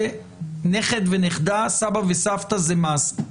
נכד ונכדה, סבא וסבתא זה חובה.